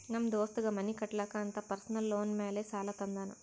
ನಮ್ ದೋಸ್ತಗ್ ಮನಿ ಕಟ್ಟಲಾಕ್ ಅಂತ್ ಪರ್ಸನಲ್ ಲೋನ್ ಮ್ಯಾಲೆ ಸಾಲಾ ತಂದಾನ್